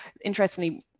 interestingly